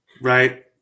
Right